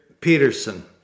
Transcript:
Peterson